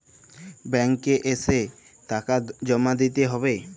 Bank এ এসে টাকা জমা দিতে হবে?